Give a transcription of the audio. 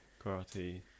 karate